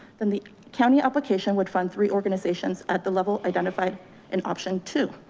then the county application would fund three organizations at the level, identified an option two,